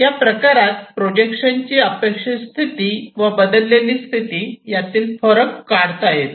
या प्रकारात प्रोजेक्शनची अपेक्षित स्थिती व बदललेली स्थिती यातील फरक काढता येतो